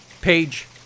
Page